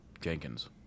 Jenkins